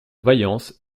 vaillance